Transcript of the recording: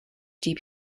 deep